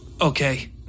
okay